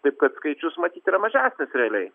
taip kad skaičius matyt yra mažesnis realiai